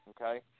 okay